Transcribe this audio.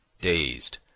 dazed,